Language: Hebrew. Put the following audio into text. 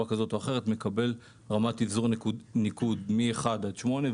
כזאת או אחרת מקבל רמת אבזור ניקוד מאחד עד שמונה,